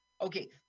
Okay